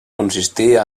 consistir